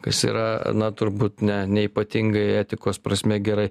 kas yra na turbūt ne neypatingai etikos prasme gerai